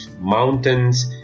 mountains